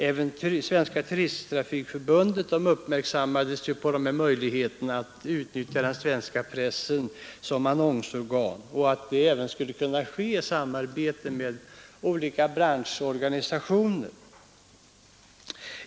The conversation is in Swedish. Även Svenska turisttrafikförbundet gjordes uppmärksamt på möjligheterna att utnyttja den svenskamerikanska pressen som annonsorgan — vilket också skulle kunna ske i samarbete med olika branschorganisationer.